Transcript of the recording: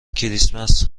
کریسمس